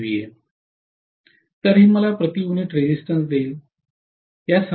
तर हे मला प्रति युनिट रेजिस्टेंस देईल